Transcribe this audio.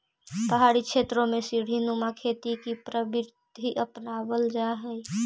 पहाड़ी क्षेत्रों में सीडी नुमा खेती की प्रविधि अपनावाल जा हई